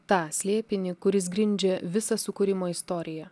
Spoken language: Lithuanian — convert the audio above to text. tą slėpinį kuris grindžia visą sukūrimo istoriją